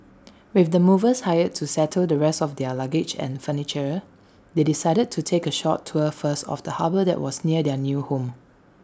with the movers hired to settle the rest of their luggage and furniture they decided to take A short tour first of the harbour that was near their new home